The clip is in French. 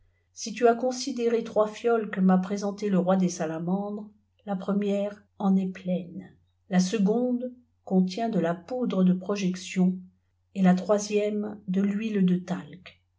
si lu as considéré trois fioles que m'a présentées le roi des salamandres la première en est pleine la seconde contient de la poudre de projection et la troisième de l'huile de